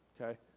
okay